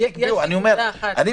אם